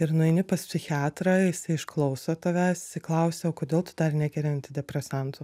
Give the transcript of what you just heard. ir nueini pas psichiatrą jisai išklauso tavęs jisai klausia o kodėl tu dar negeri antidepresantų